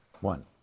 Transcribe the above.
One